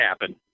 happen